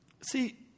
See